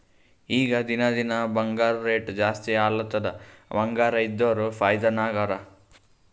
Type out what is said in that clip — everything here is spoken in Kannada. ಈಗ ದಿನಾ ದಿನಾ ಬಂಗಾರ್ದು ರೇಟ್ ಜಾಸ್ತಿ ಆಲತ್ತುದ್ ಬಂಗಾರ ಇದ್ದೋರ್ ಫೈದಾ ನಾಗ್ ಹರಾ